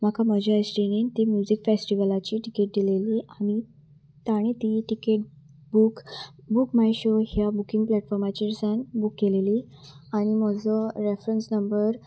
म्हाका म्हज्या इश्टिनीन ती म्युजीक फेस्टिवलाची टिकेट दिलेली आनी ताणें ती ticket book book my show ह्या बुकींग प्लेटफॉर्माचेर सावन बूक केलेली आनी म्हजो रेफरन्स नंबर